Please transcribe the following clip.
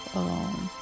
alone